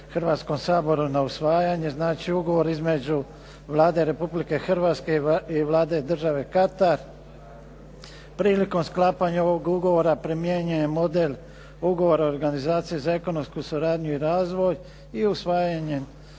Hrvatskom saboru na usvajanje, znači Ugovor između Vlade Republike Hrvatske i Vlade države Katar. Prilikom sklapanja ovog ugovora primjenjuje model Ugovor o organizaciji za ekonomsku suradnju i razvoj i usvajanjem